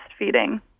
breastfeeding